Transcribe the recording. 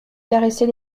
caresser